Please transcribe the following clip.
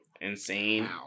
insane